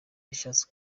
yashatse